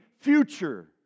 future